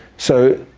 so,